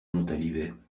montalivet